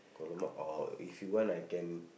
!alamak! uh if you want I can